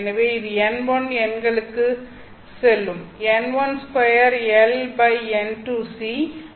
எனவே இது n1 எண்களுக்குச் செல்லும் n12 Ln2C